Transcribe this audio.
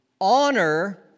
honor